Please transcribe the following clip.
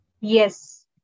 Yes